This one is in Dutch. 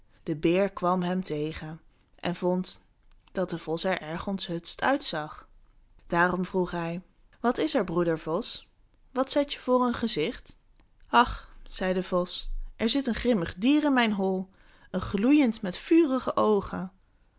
de beer kwam hem tegen en vond dat de vos er erg onthutst uit zag daarom vroeg hij wat is er broeder vos wat zet je voor een gezicht ach zei de vos er zit een grimmig dier in mijn hol een gloeiend met vurige oogen